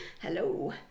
hello